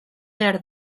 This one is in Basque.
behar